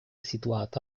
situata